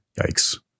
yikes